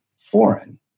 foreign